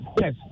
yes